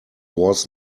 was